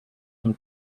zum